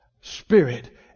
spirit